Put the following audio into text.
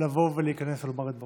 לבוא ולהיכנס ולומר את דברו.